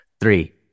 Three